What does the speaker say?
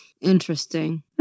Interesting